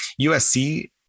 USC